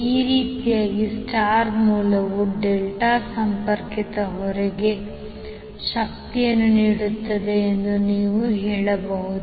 ಈ ರೀತಿಯಾಗಿ star ಮೂಲವು ಡೆಲ್ಟಾ ಸಂಪರ್ಕಿತ ಹೊರೆಗೆ ಶಕ್ತಿಯನ್ನು ನೀಡುತ್ತಿದೆ ಎಂದು ನೀವು ಹೇಳಬಹುದು